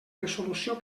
resolució